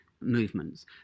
movements